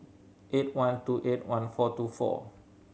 eight one two eight one four two four